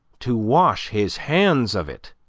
to wash his hands of it,